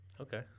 Okay